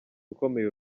ukomeye